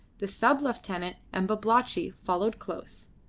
the sub-lieutenant and babalatchi followed close.